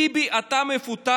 ביבי אתה מפוטר,